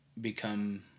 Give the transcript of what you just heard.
become